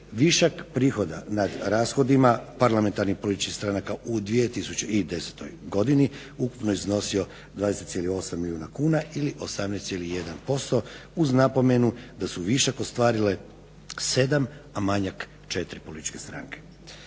Višak prihoda nad rashodima parlamentarnih političkih stranaka u 2010. godini ukupno iznosio 20,8 milijuna kuna ili 18,1% uz napomenu da su višak ostvarile 7 a manjak 4 političke stranke.